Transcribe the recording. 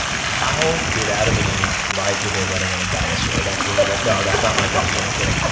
how did adam and eve ride to their wedding on a dinosaur? that's really what no, that's not my question. i'm kidding.